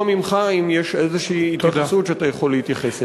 ממך אם יש איזו התייחסות שאתה יכול להתייחס.